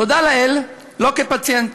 תודה לאל, לא כפציינט,